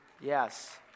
Yes